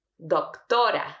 Doctora